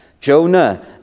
Jonah